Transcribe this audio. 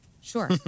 Sure